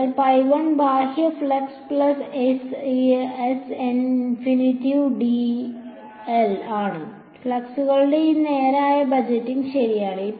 അതിനാൽ ബാഹ്യ flux plus ആണ് ഫ്ലക്സുകളുടെ ഈ നേരായ ബജറ്റിംഗ് ശരിയാണ്